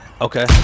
Okay